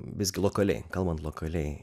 visgi lokaliai kalbant lokaliai